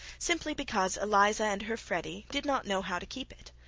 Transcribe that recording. simply because eliza and her freddy did not know how to keep it.